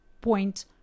point